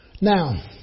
Now